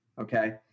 okay